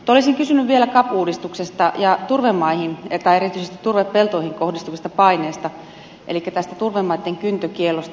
olisin kysynyt vielä cap uudistuksesta ja turvemaihin erityisesti turvepeltoihin kohdistuvista paineista elikkä tästä turvemaitten kyntökiellosta